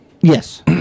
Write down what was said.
Yes